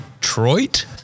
Detroit